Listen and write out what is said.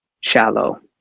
shallow